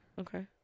okay